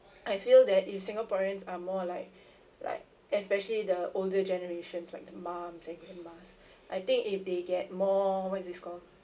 I feel that if singaporeans are more like like especially the older generations like the moms and grandmas I think if they get more what is this called